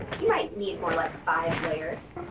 you might need more like five layers.